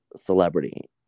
celebrity